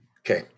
Okay